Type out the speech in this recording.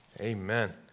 Amen